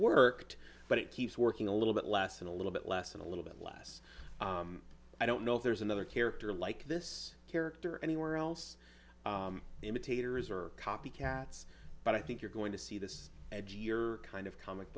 worked but it keeps working a little bit less than a little bit less and a little bit less i don't know if there's another character like this character anywhere else imitators or copycats but i think you're going to see this kind of comic